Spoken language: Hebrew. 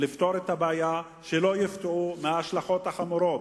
לפתור את הבעיה, שלא יופתע מההשלכות החמורות.